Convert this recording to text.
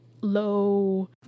low